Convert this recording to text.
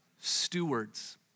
stewards